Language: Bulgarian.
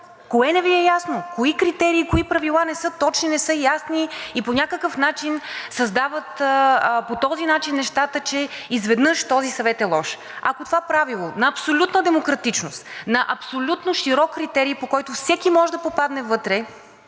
кое не Ви е ясно? Кои критерии, кои правила не са точни, не са ясни и по някакъв начин създават по този начин нещата, че изведнъж този съвет е лош? Ако това правило на абсолютна демократичност, на абсолютно широк критерий, по който всеки може да попадне вътре